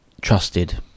trusted